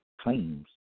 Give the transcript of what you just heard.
claims